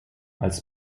als